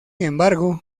embargo